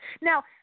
Now